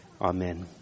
amen